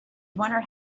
wondered